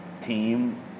team